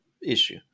issue